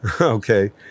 okay